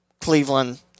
Cleveland